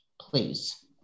please